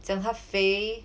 讲她肥